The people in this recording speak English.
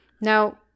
Now